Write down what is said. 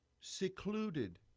secluded